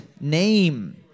name